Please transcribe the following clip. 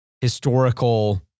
historical